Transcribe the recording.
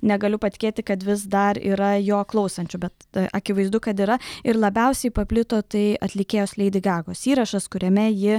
negaliu patikėti kad vis dar yra jo klausančių bet akivaizdu kad yra ir labiausiai paplito tai atlikėjos leidi gagos įrašas kuriame ji